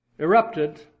erupted